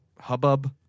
hubbub